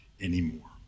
anymore